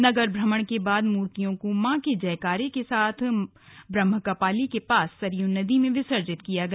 नगर भ्रमण के बाद मूर्तियों को मां के जयकारे के साथ ब्रह्मकपाली के पास सरयू नदी में विसर्जित किया गया